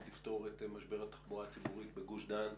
לפתור את משבר התחבורה הציבורית בגוש דן,